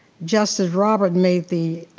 justice robert made the